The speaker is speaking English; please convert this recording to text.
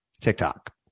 TikTok